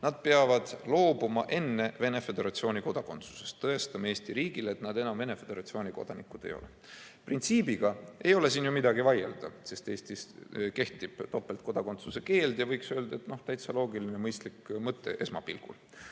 peavad enne loobuma Venemaa Föderatsiooni kodakondsusest, tõestama Eesti riigile, et nad enam Venemaa Föderatsiooni kodanikud ei ole. Printsiibilt ei ole siin ju midagi vaielda, sest Eestis kehtib topeltkodakondsuse keeld ja võiks öelda, et esmapilgul täitsa loogiline, mõistlik mõte.